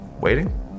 Waiting